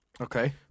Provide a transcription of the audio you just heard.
Okay